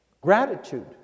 gratitude